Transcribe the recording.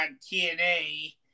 TNA